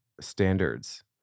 standards